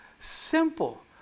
simple